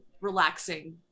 relaxing